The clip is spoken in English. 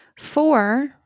Four